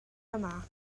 yma